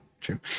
True